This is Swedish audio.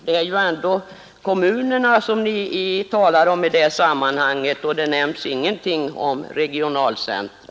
Det är ju ändå kommunerna ni talar om i detta sammanhang — det sägs ingenting om regionalcentra.